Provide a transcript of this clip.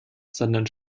sondern